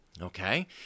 Okay